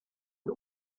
ein